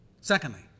Secondly